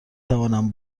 توانم